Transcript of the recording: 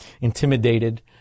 intimidated